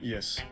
yes